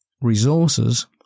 resources